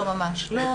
לא, ממש לא.